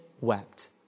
wept